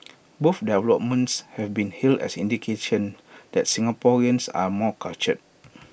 both developments have been hailed as indication that Singaporeans are more cultured